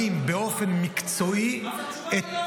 באופן מקצועי --- אז התשובה היא לא.